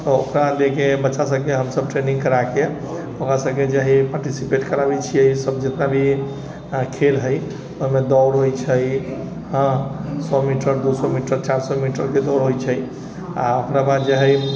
ओकरा लेके बच्चा सभके हम सभ ट्रेनिङ्ग कराइके ओकरा सभके जे हइ पार्टिसिपेट कराबै छियै सभ जितना भी खेल है ओहिमे दौड़ होइ छै सए मीटर दो सए मीटर चार सए मीटरके दौड़ होइ छै आ ओकरा बाद जे हइ